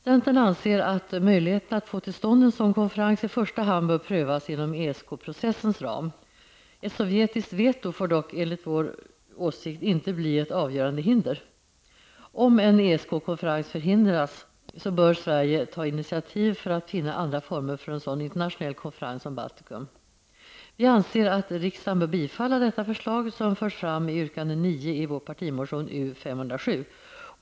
Centern anser att möjligheterna att få till stånd en sådan konferens i första hand bör prövas inom ESK-processens ram. Ett sovjetiskt veto får dock enligt vår åsikt inte bli ett avgörande hinder. Om en ESK-konferens förhindras, bör Sverige ta initiativ till att finna andra former för en sådan internationell konferens om Baltikum. Vi anser att riksdagen bör bifalla detta förslag, som förts fram i yrkande 9 i vår partimotion U507.